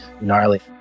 gnarly